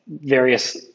various